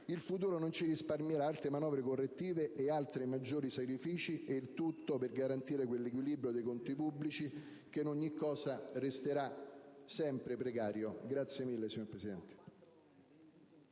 il futuro non ci risparmierà altre manovre correttive e altri maggiori sacrifici, e il tutto per garantire quell'equilibrio dei conti pubblici che in ogni caso resterà sempre precario. PRESIDENTE. È iscritta